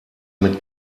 mit